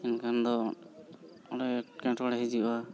ᱮᱱᱠᱷᱟᱱ ᱫᱚ ᱚᱸᱰᱮ ᱮᱴᱠᱮᱴᱚᱬᱮ ᱦᱤᱡᱩᱜᱼᱟ